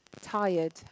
tired